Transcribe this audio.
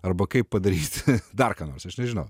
arba kai padaryti dar ką nors aš nežinau